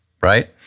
right